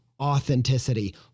Authenticity